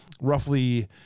roughly